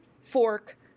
fork